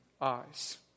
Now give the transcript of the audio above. eyes